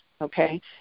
okay